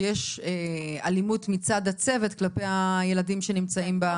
יש אלימות מצד הצוות כלפי הילדים שנמצאים --- כן,